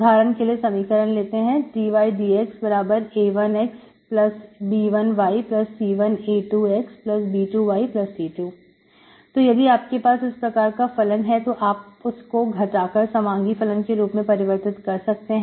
उदाहरण के लिए समीकरण लेते हैं dydxa1xb1yC1a2xb2yC2 तो यदि आपके पास इस प्रकार का फलन है तो आप उसको घटाकर समांगी फलन के रूप में परिवर्तित कर सकते हैं